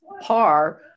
par